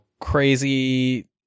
crazy